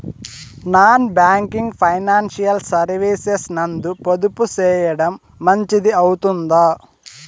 Non banking financial services నందు పొదుపు సేయడం మంచిది అవుతుందా?